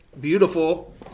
beautiful